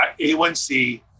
A1C